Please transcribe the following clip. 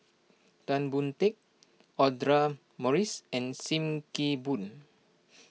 Tan Boon Teik Audra Morrice and Sim Kee Boon